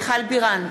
מיכל בירן,